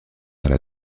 alla